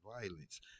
violence